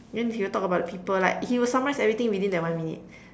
then he will talk about the people like he will summarize everything within that one minute